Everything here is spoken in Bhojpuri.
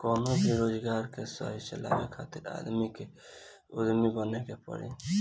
कवनो भी रोजगार के सही चलावे खातिर आदमी के उद्यमी बने के पड़ी